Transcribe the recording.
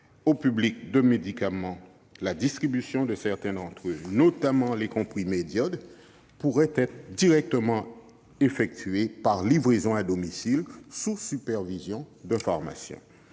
au public, la distribution de certains d'entre eux, notamment des comprimés d'iode, pourrait être directement effectuée par livraison à domicile, sous supervision d'un pharmacien.